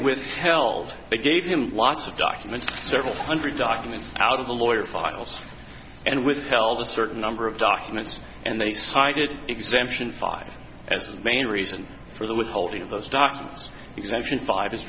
withheld they gave you lots of documents several hundred documents out of the lawyer files and withheld a certain number of documents and they cited exemption five as the main reason for the withholding of those documents because action five is